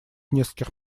нескольких